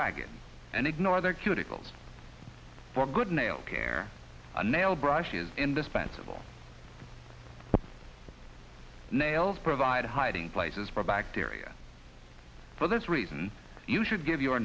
ragged and ignore their cuticles for good in a while care a nail brush is indispensable nails provide hiding places for bacteria for this reason you should give your